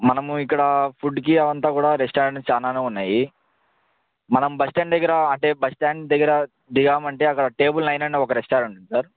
మనము ఇక్కడ ఫుడ్కి అంతా కూడా రెస్టారెంట్స్ చాలానే ఉన్నాయి మనం బస్ స్టాండ్ దగ్గర అంటే బస్ స్టాండ్ దగ్గర దిగామంటే అక్కడ టేబుల్ నైన్ అని ఒక రెస్టారెంట్ ఉంటుంది సార్